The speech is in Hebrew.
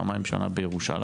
פעמיים בשנה בירושלים,